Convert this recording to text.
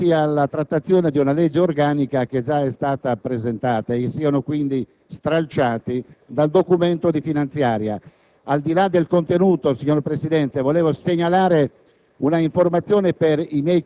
affinché siano restituiti alla trattazione di una legge organica, che già è stata presentata, e siano quindi da essa stralciati. Al di là del contenuto, signor Presidente, volevo segnalare